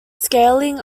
scaling